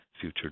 future